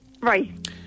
Right